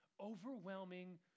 overwhelming